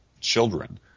children